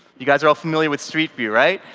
you guys are all familiar with street view, right?